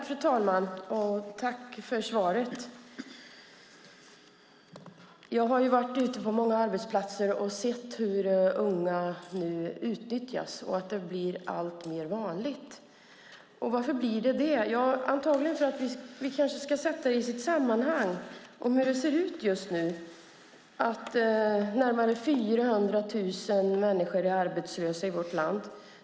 Fru talman! Tack för svaret, ministern! Jag har varit ute på många arbetsplatser och sett hur unga utnyttjas nu. Det blir alltmer vanligt. Varför blir det det? Vi kanske ska sätta det i sitt sammanhang och titta på hur det ser ut just nu. Närmare 400 000 människor är arbetslösa i vårt land.